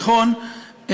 תיכון,